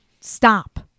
stop